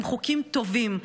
הם חוקים טובים,